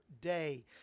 day